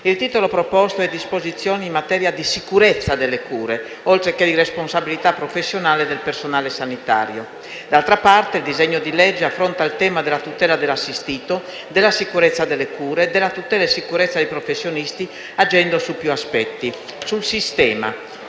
Il titolo proposto è: «Disposizioni in materia di sicurezza delle cure e responsabilità professionale del personale sanitario». D'altra parte, il disegno di legge affronta il tema della tutela dell'assistito, della sicurezza delle cure, della tutela e sicurezza dei professionisti agendo su più aspetti, quali